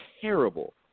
terrible